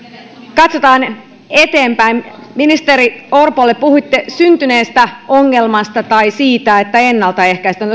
katsotaan eteenpäin ministeri orpolle puhuitte syntyneestä ongelmasta tai siitä että ennalta ehkäistään